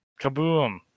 Kaboom